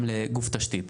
גם לגוף תשתית.